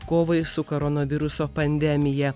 kovai su koronaviruso pandemija